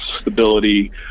stability